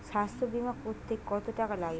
স্বাস্থ্যবীমা করতে কত টাকা লাগে?